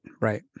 right